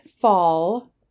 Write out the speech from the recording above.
fall